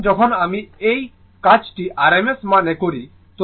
সুতরাং যখন আমি এই কাজটি rms মান এ করি